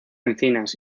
encinas